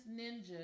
ninja